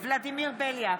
ולדימיר בליאק,